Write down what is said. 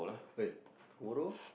when tomorrow